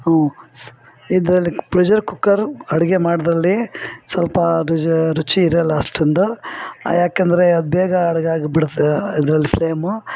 ಹ್ಞೂ ಇದರಲ್ಲಿ pressure cooker ಅಡಿಗೆ ಮಾಡಿದಲ್ಲಿ ಸ್ವಲ್ಪ ಅದು ರುಚಿ ಇರಲ್ಲ ಅಷ್ಟೊಂದು ಯಾಕಂದರೆ ಅದು ಬೇಗ ಅಡಿಗೆ ಆಗಿಬಿಡುತ್ತೆ ಅದ್ರಲ್ಲಿ ಫ್ಲೇಮು